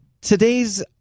Today's